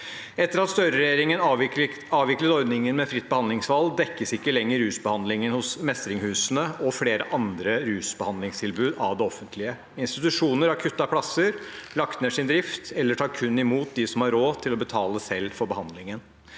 Etter at Støre-regjeringen avviklet ordningen med fritt behandlingsvalg, dekkes ikke lenger rusbehandling hos Mestringshusene og flere andre rusbehandlingstilbud av det offentlige. Institusjoner har kuttet plasser, lagt ned sin drift eller tar kun imot de som har råd til å betale for behandlingen